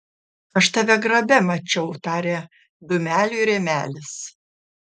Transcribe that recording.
aš tave grabe mačiau tarė dūmeliui rėmelis